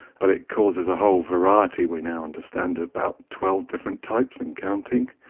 but it causes a whole variety, we now understand, about twelve different types and counting.